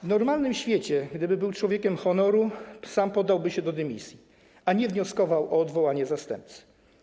W normalnym świecie, gdyby był człowiekiem honoru, sam podałby się do dymisji, a nie wnioskował o odwołanie zastępcy.